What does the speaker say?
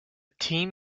team